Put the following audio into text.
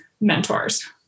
mentors